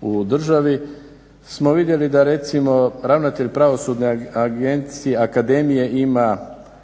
u državi smo vidjeli da recimo ravnatelj Pravosudne akademije ima